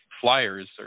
flyers